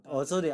ah 那个